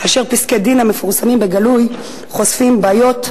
כאשר פסקי-דין המפורסמים בגלוי חושפים בעיות,